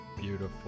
Beautiful